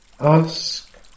ask